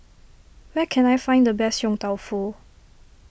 where can I find the best Yong Tau Foo